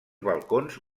balcons